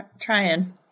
trying